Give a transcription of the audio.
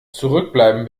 zurückbleiben